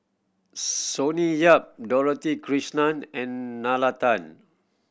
Sonny Yap Dorothy Krishnan and Nalla Tan